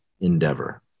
endeavor